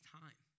time